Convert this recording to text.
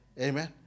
Amen